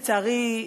לצערי,